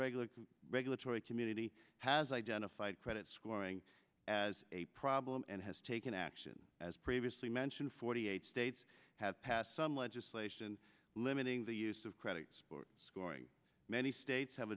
regular regulatory community has identified credit scoring as a problem and has taken action as previously mentioned forty eight states have passed some legislation limiting the use of credit scoring many states have